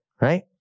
Right